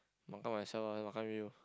makan myself lah makan with you